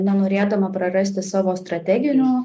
nenorėdama prarasti savo strateginių